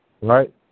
right